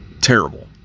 Terrible